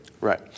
Right